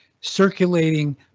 circulating